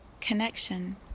connection